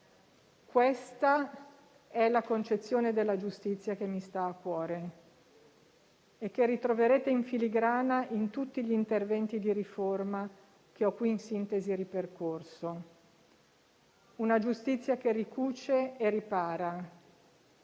Questa è la concezione della giustizia che mi sta a cuore e che ritroverete in filigrana in tutti gli interventi di riforma che ho qui in sintesi ripercorso. Una giustizia che ricuce e ripara,